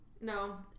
No